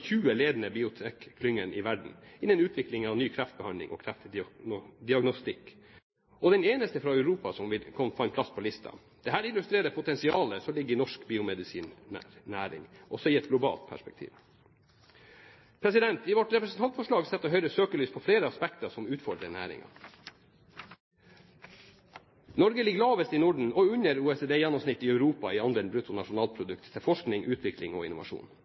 20 ledende biotekklyngene i verden innen utvikling av ny kreftbehandling og kreftdiagnostikk, og den eneste fra Europa som fikk plass på listen. Dette illustrerer potensialet som ligger i norsk biomedisinnæring, også i et globalt perspektiv. I vårt representantforslag setter Høyre søkelyset på flere aspekter som utfordrer næringen. Norge ligger lavest i Norden og under OECD-gjennomsnittet i Europa i andel av bruttonasjonalprodukt til forskning, utvikling og innovasjon.